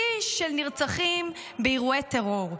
שיא של נרצחים באירועי טרור,